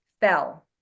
fell